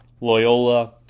Loyola